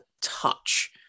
touch